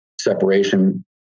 separation